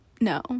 No